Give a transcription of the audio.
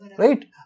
Right